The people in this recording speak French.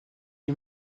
est